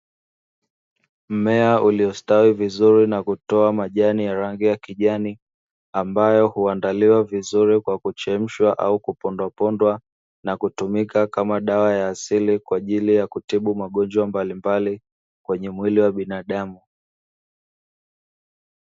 Mmea uliostawi vizuri na kutoa majani ya rangi ya kijani, ambayo huandaliwa vizuri kwa kuchemshwa au kupondwa pondwa, na kutumika kama dawa ya asili kwaajili ya kutibu magonjwa mbalimbali kwenye mwili wa binadamu.